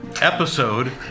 episode